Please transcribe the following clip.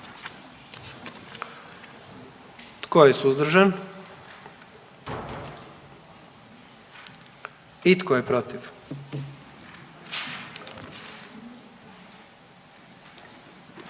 Tko je suzdržan? I tko je protiv?